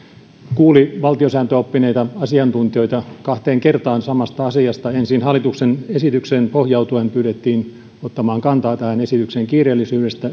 kuuli valtiosääntöoppineita asiantuntijoita kahteen kertaan samasta asiasta ensin hallituksen esitykseen pohjautuen pyydettiin ottamaan kantaa esityksen